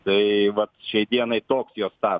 tai vat šiai dienai tokijo tą